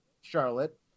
Charlotte